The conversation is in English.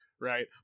right